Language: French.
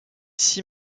six